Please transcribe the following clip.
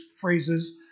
phrases